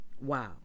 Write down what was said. Wow